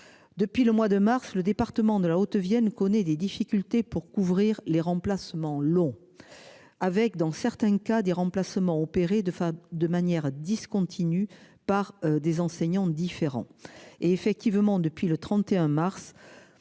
Depuis le mois de mars, le département de la Haute-Vienne connaît des difficultés pour couvrir les remplacements long. Avec dans certains cas des remplacements opérés de enfin de manière discontinue par des enseignants différents et effectivement depuis le 31 mars.